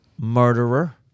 Murderer